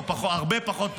או הרבה פחות פוליטית,